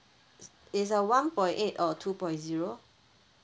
it's a one point eight or two point zero